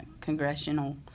congressional